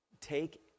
Take